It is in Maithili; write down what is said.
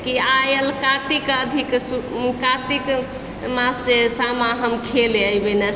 कि आयल कातिक अधिक सुख कातिक मासे सामा हम खेलय अएबइ ने